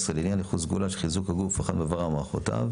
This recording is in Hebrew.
לעניין ייחוס סגולה של חיזוק הגוף או אחד מאבריו או מערכותיו"